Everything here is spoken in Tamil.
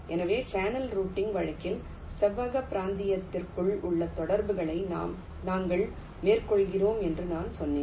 எனவே சேனல் ரூட்டிங் வழக்கில் செவ்வக பிராந்தியத்திற்குள் உள்ள தொடர்புகளை நாங்கள் மேற்கொள்கிறோம் என்று நான் சொன்னேன்